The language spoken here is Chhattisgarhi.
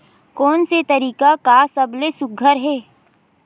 कोन से तरीका का सबले सुघ्घर हे?